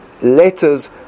letters